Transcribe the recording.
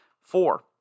Four